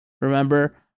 remember